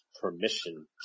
permission